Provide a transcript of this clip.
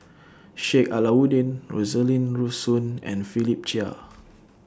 Sheik Alau'ddin Rosaline Soon and Philip Chia